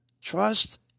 trust